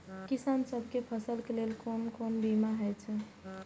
किसान सब के फसल के लेल कोन कोन बीमा हे छे?